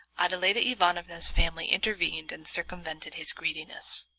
adeladda ivanovna's family intervened and circumvented his greediness.